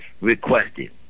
requested